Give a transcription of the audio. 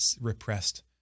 repressed